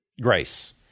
Grace